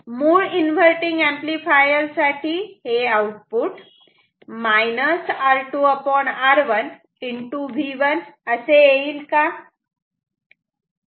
मूळ inverting amplifier साठी हे आउटपुट R2R1 V1 असे येईल का